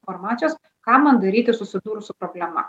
informacijos ką man daryti susidūrus su problema